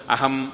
Aham